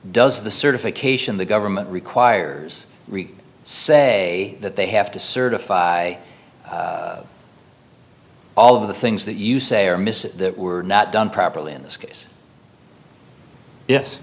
does the certification the government requires say that they have to certify all of the things that you say are missing that were not done properly in this case yes